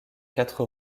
quatre